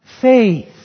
faith